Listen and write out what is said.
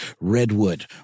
Redwood